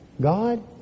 God